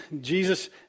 Jesus